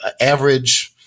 average –